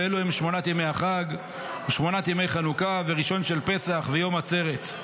ואלו הן: שמונת ימי החג ושמונת ימי חנוכה וראשון של פסח ויום עצרת.